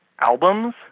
albums